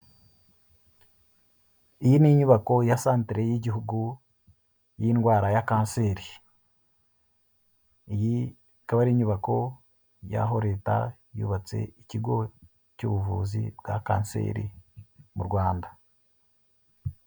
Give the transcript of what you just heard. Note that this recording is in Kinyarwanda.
Iyi ni inyubako ya santere y'igihugu y'indwara ya kanseri, iyi ikaba ari inyubako y'aho leta yubatse ikigo cy'ubuvuzi bwa kanseri mu Rwanda.